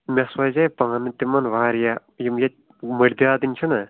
مےٚ سوزے پانہٕ تِمَن واریاہ یِم ییٚتہِ مٔردِ آدم چھِنہٕ